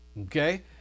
Okay